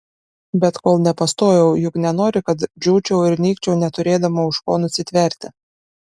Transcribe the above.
bet kol nepastojau juk nenori kad džiūčiau ir nykčiau neturėdama už ko nusitverti